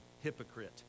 hypocrite